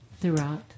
throughout